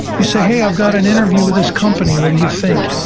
you say, hey, i've got an interview with this company. what do you think?